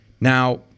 Now